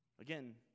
Again